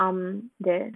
um there